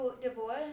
divorce